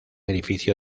edificio